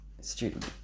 student